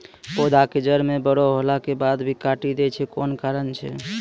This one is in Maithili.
पौधा के जड़ म बड़ो होला के बाद भी काटी दै छै कोन कारण छै?